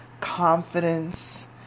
confidence